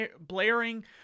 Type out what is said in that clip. blaring